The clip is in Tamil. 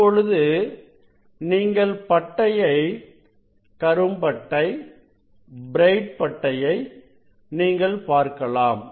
இப்பொழுது நீங்கள் பட்டையை கரும் பட்டை பிரைட் பட்டையை நீங்கள் பார்க்கலாம்